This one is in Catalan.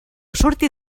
sortir